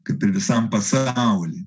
kaip ir visam pasauly